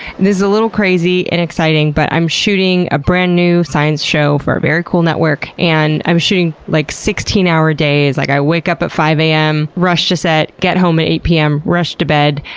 this is a little crazy and exciting, but i'm shooting a brand new science show for a very cool network, and i'm shooting like sixteen hour days. like, i wake up at five am, rush to set, get home at eight pm, rush to bed.